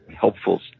helpful